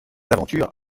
aventures